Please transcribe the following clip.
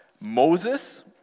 Moses